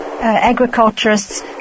agriculturists